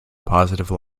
positive